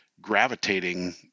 gravitating